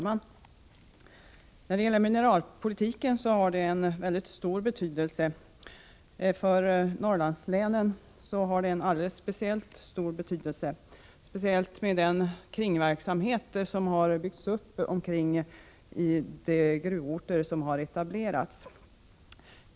Herr talman! Mineralpolitiken har mycket stor betydelse. Alldeles särskilt stor betydelse har den för Norrlandslänen med tanke på den kringverksamhet som har byggts upp kring gruvorter som har etablerats.